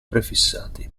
prefissati